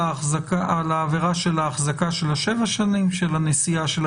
של הכיוון של הספינה השיפוטית -- מהנתונים שהגיעו...